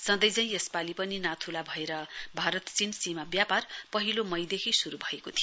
सँधै झै यसपालि पनि नाथुला भएर भारत चीन सीमा व्यापार पहिलो मईदेखि शुरु भएको थियो